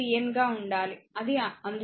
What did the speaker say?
vn గా ఉండాలి అది అందుతుంది